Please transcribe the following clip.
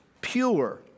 pure